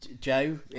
Joe